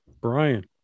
Brian